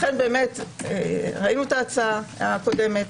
לכן ראינו את ההצעה הקודמת.